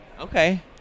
Okay